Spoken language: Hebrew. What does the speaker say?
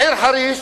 העיר חריש,